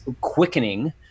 quickening